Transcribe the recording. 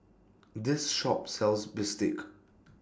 This Shop sells Bistake